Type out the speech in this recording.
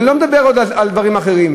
אני לא מדבר עוד על דברים אחרים.